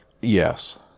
Yes